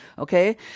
Okay